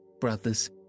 brothers